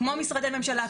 כמו משרדי ממשלה,